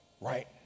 right